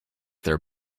their